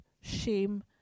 shame